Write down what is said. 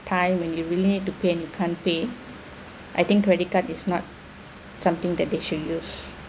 time when you really need to pay you can't pay I think credit card is not something that they should use